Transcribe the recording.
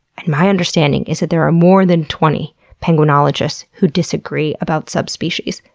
and my understanding is that there are more than twenty penguinologists who disagree about subspecies.